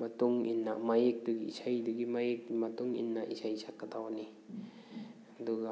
ꯃꯇꯨꯡꯏꯟꯅ ꯃꯌꯦꯛꯇꯨꯒꯤ ꯏꯁꯩꯗꯨꯒꯤ ꯃꯌꯦꯛꯀꯤ ꯃꯇꯨꯡꯏꯟꯅ ꯏꯁꯩ ꯁꯛꯀꯗꯧꯅꯤ ꯑꯗꯨꯒ